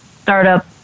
startup